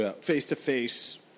face-to-face